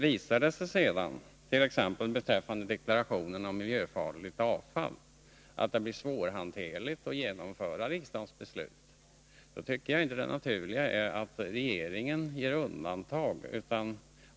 Visar det sig sedan, t.ex. beträffande deklarationen om miljöfarligt avfall, att det blev svårhanterligt att genomföra riksdagens beslut, tycker jag inte att det naturliga är att regeringen gör undantag.